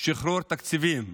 בשחרור התקציבים.